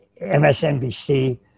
MSNBC